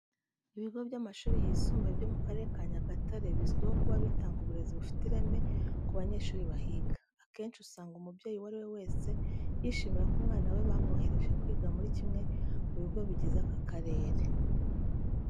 Ibigo by'amashuri yisumbuye byo mu Karere ka Nyagatare bizwiho kuba bitanga uburezi bufite ireme ku banyeshuri bahiga. Akenshi, usanga umubyeyi uwo ari we wese yishimira ko umwana we bamwohereje kwiga muri kimwe mu bigo bigize aka karere.